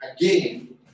Again